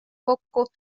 kokku